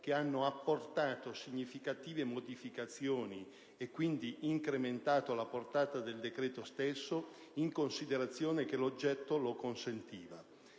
che hanno apportato significative modificazioni e, quindi, incrementato la portata del decreto stesso, in considerazione che l'oggetto lo consentiva.